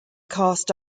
cast